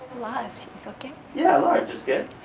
large, is ok? yeah, large is good!